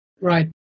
Right